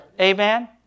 Amen